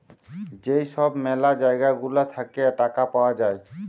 যেই সব ম্যালা জায়গা গুলা থাকে টাকা পাওয়া যায়